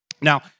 Now